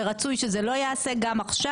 לכן רצוי שזה לא ייעשה עכשיו.